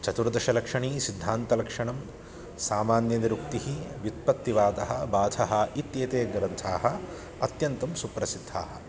चतुर्दशलक्षणी सिद्धान्तलक्षणं सामान्यनिरुक्तिः व्युत्पत्तिवादः बाधः इत्येते ग्रन्थाः अत्यन्तं सुप्रसिद्धाः